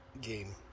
game